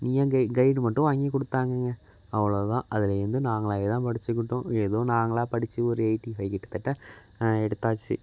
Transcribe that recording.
நீ ஏன் கை கைடு மட்டும் வாங்கிக் கொடுத்தாங்கங்க அவ்வளோ தான் அதுலேருந்து நாங்களாகவே தான் படிச்சுக்கிட்டோம் ஏதோ நாங்களாக படித்து ஒரு எயிட்டி ஃபைவ் கிட்டத்தட்ட எடுத்தாச்சு